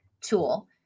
tool